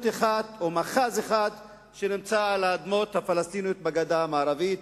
אחת או מאחז אחד על האדמות הפלסטיניות בגדה המערבית